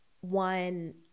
one